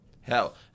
Hell